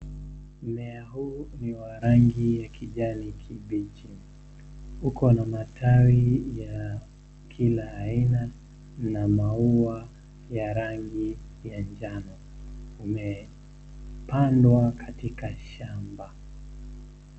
Mmea huu ni wa rangi ya kijani kibichi, uko na matawi ya kila aina na mau ya rangi ya njano umepandwa katika shamba.